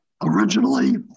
Originally